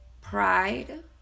pride